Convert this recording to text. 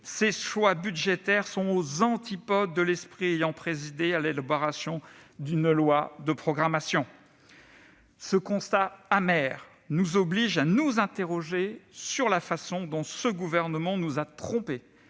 Ces choix budgétaires sont aux antipodes de l'esprit ayant présidé à l'élaboration d'une loi de programmation. » Ce constat amer nous oblige à nous interroger sur la façon dont ce gouvernement nous a trompés